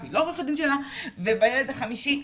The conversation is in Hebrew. והיא לא עורכת הדין שלה ובילד החמישי..